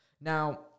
Now